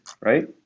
right